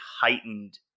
heightened